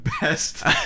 best